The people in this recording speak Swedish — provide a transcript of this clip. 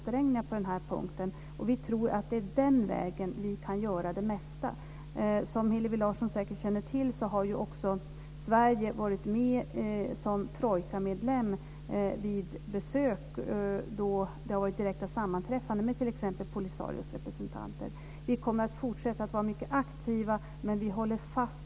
Problemet för oss är att något måste göras innan de här öarna blir överbelastade med bilar. Parkeringarna räcker inte till.